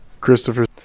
Christopher